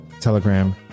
Telegram